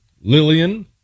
Lillian